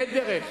אין דרך.